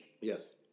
Yes